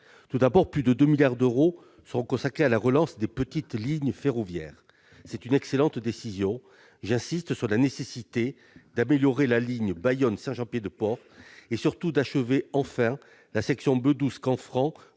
actuel. Plus de 2 milliards d'euros seront consacrés à la relance des petites lignes ferroviaires. C'est une excellente décision. J'insiste sur la nécessité d'améliorer la ligne Bayonne-Saint-Jean-Pied-de-Port et, surtout, d'achever enfin la section Bedous-Canfranc